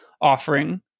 offering